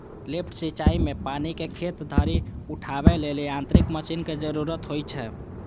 lift सिंचाइ मे पानि कें खेत धरि उठाबै लेल यांत्रिक मशीन के जरूरत होइ छै